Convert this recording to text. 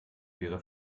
wäre